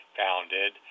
founded